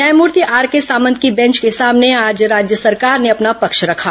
न्यायमूर्ति आरके सामंत की बेंच के सामने आज राज्य सरकार ने अपना पक्ष रखा